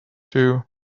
too